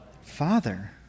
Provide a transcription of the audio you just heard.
Father